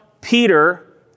Peter